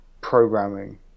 programming